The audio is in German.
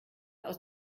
aus